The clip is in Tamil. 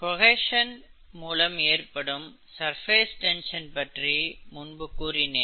கொஹேஷன் மூலம் ஏற்படும் சர்பேஸ் டென்ஷன் பற்றி முன்பு கூறினேன்